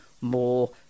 more